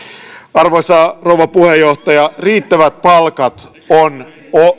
arvoisa rouva puheenjohtaja riittävät palkat ovat